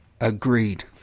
Agreed